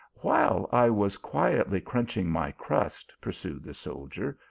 while i was quietly craunching my crust, pur sued the soldier,